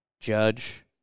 Judge